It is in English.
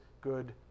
good